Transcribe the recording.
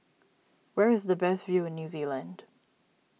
where is the best view in New Zealand